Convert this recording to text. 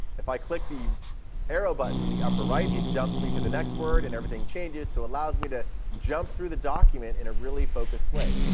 if i click the arrow button in the upper right, it jumps me to the next word, and everything changes, so it allows me to jump through the document in a really focused way.